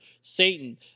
Satan